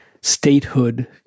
statehood